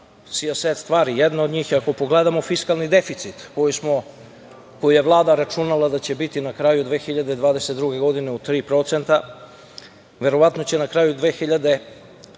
sjaset stvari. Jedna od njih je, ako pogledamo, fiskalni deficit koji je Vlada računala da će biti na kraju 2022. godine u 3%. Verovatno će na kraju 2022. godine